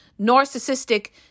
narcissistic